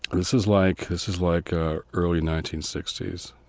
this is like this is like early nineteen sixty s,